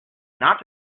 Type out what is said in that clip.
not